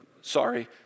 Sorry